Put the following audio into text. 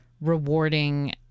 rewarding